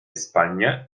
españa